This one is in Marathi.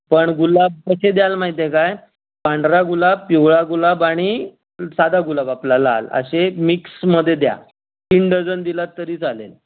पण गुलाब कसे द्याल माहीत आहे काय पांढरा गुलाब पिवळा गुलाब आणि साधा गुलाब आपला लाल असे मिक्समध्ये द्या तीन डजन दिलात तरी चालेल